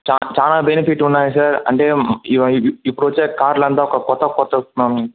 చ చాలా బెనిఫిట్లున్నాయి సార్ అంటే ఇ ఇ ఇప్పుడొచ్చే కార్లంతా ఒక కొత్త కొత్త మ్